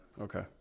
Okay